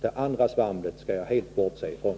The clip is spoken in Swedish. Det andra svamlet bortser jag helt från.